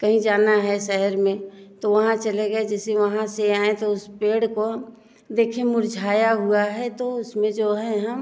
कहीं जाना है शहर में तो वहाँ चले गए जैसे ही वहाँ से आएं तो उस पेड़ को देखें मुरझाया हुआ है तो उसमें जो है हम